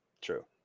True